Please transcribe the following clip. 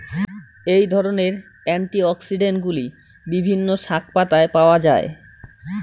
এই ধরনের অ্যান্টিঅক্সিড্যান্টগুলি বিভিন্ন শাকপাতায় পাওয়া য়ায়